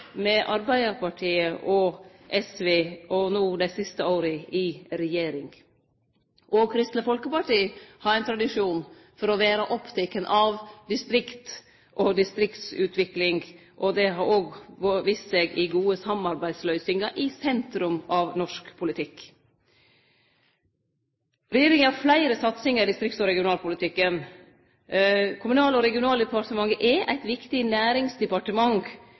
med Arbeidarpartiet og SV – no dei siste åra i regjering. Kristeleg Folkeparti har ein tradisjon for å vere oppteke av distrikta og distriktsutvikling, og det har òg vist seg i gode samarbeidsløysingar i sentrum av norsk politikk. Regjeringa har fleire satsingar i distrikts- og regionalpolitikken. Kommunal- og regionaldepartementet er eit viktig næringsdepartement